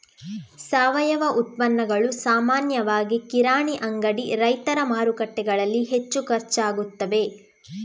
ಸಾವಯವ ಉತ್ಪನ್ನಗಳು ಸಾಮಾನ್ಯವಾಗಿ ಕಿರಾಣಿ ಅಂಗಡಿ, ರೈತರ ಮಾರುಕಟ್ಟೆಗಳಲ್ಲಿ ಹೆಚ್ಚು ಖರ್ಚಾಗುತ್ತವೆ